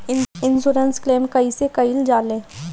Insurance claim कइसे कइल जा ले?